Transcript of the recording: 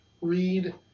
read